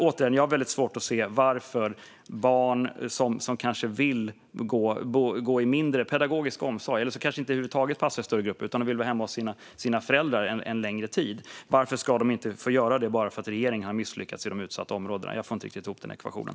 Återigen: Jag har svårt att se varför barn som kanske vill gå i mindre, pedagogisk omsorg eller som kanske över huvud taget inte passar i större grupper utan vill vara hemma hos sina föräldrar en längre tid inte ska få göra detta bara för att regeringen har misslyckats i de utsatta områdena. Jag får inte riktigt ihop den ekvationen.